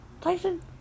Tyson